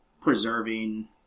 preserving